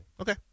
Okay